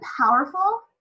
powerful